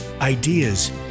Ideas